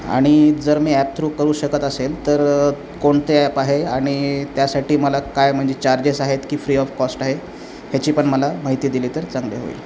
आणि जर मी ॲप थ्रू करू शकत असेल तर कोणते ॲप आहे आणि त्यासाठी मला काय म्हणजे चार्जेस आहेत की फ्री ऑफ कॉस्ट आहे ह्याची पण मला माहिती दिली तर चांगले होईल